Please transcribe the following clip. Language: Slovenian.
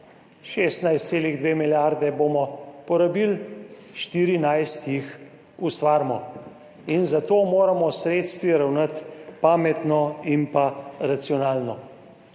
16,2 milijarde bomo porabili, 14 jih ustvarimo. Zato moramo s sredstvi ravnati pametno in racionalno.